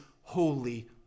holy